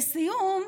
לסיום,